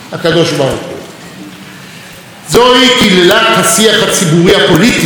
זוהי קללת השיח הציבורי הפוליטי, שיח ה"לעומת".